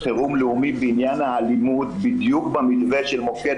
בעניין האלימות בדיוק במתווה של מוקד